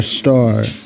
start